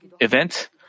event